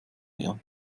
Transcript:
wir